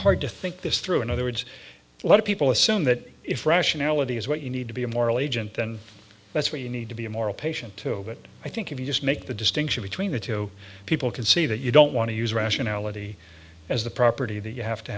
hard to think this through in other words a lot of people assume that if rationality is what you need to be a moral agent then that's where you need to be a moral patient to a bit i think if you just make the distinction between the two people can see that you don't want to use rationality as the property that you have to